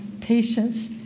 patience